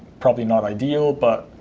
probably not ideal, but